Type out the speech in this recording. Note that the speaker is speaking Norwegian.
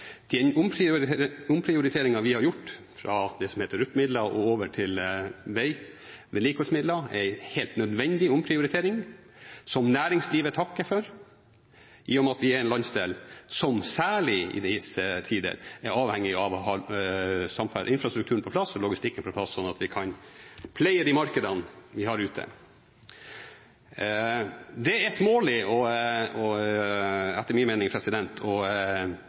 Den omprioriteringen vi har gjort fra det som heter RUP-midler og over til vei, vedlikeholdsmidler, er en helt nødvendig omprioritering som næringslivet takker for, i og med at vi er en landsdel som særlig i disse tider er avhengig av å ha infrastrukturen på plass og logistikken på plass sånn at vi kan pleie de markedene vi har ute. Det er smålig, etter min mening,